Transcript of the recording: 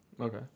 okay